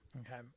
Okay